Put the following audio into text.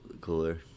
cooler